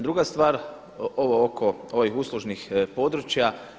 Druga stvar ovo oko ovih uslužnih područja.